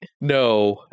No